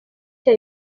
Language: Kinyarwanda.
cya